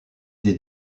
des